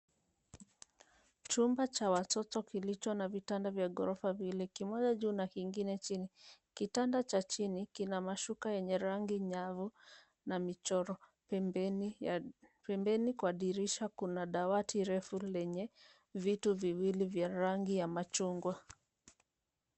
Chumba cha watoto kilicho na vitanda vya ghorofa viwili, kimoja juu na kingine chini. Kitanda cha chini kina mashuka yenye rangi nyavu na michoro. Pembeni kwa dirisha kuna dawati refu lenye vitu viwili vya rangi ya machungwa.